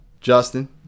Justin